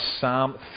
Psalm